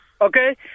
Okay